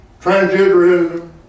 transgenderism